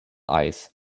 ice